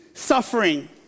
suffering